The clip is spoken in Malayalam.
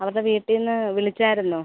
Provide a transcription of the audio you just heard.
അവരുടെ വീട്ടിൽ നിന്ന് വിളിച്ചിരുന്നോ